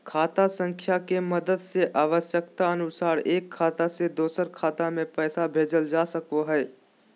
खाता संख्या के मदद से आवश्यकता अनुसार एक खाता से दोसर खाता मे पैसा भेजल जा सको हय